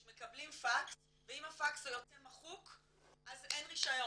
שמקבלים פקס ואם הפקס יוצא מחוק אז אין רישיון.